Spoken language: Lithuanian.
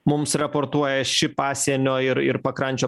mums raportuoja ši pasienio ir ir pakrančio